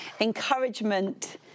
encouragement